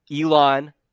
Elon